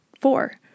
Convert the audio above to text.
Four